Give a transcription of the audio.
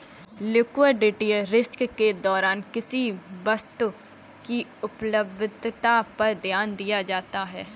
liquidity risk के दौरान किसी वस्तु की उपलब्धता पर ध्यान दिया जाता है